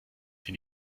sie